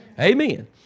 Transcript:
Amen